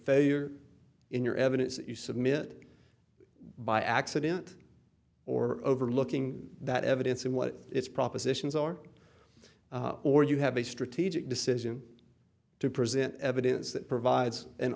failure in your evidence that you submit by accident or overlooking that evidence and what it's propositions are or you have a strategic decision to present evidence that provides an